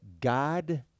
God